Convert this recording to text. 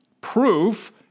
proof